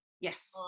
yes